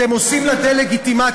אתם עושים לה דה-לגיטימציה.